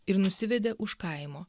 ir nusivedė už kaimo